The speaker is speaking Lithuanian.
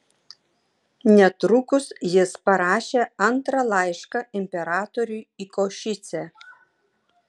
netrukus jis parašė antrą laišką imperatoriui į košicę